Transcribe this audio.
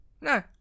No